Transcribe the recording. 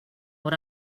what